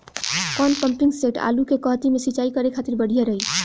कौन pumping set आलू के कहती मे सिचाई करे खातिर बढ़िया रही?